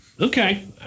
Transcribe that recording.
Okay